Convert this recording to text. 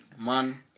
Man